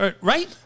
Right